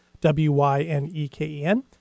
W-Y-N-E-K-E-N